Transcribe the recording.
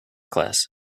class